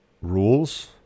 rules